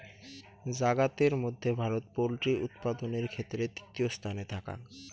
জাগাতের মধ্যে ভারত পোল্ট্রি উৎপাদানের ক্ষেত্রে তৃতীয় স্থানে থাকাং